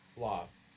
Lost